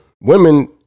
women